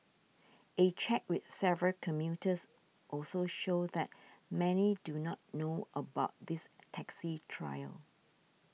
a check with several commuters also showed that many do not know about this taxi trial